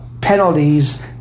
penalties